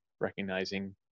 recognizing